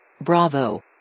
Bravo